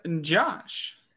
Josh